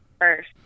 first